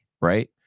right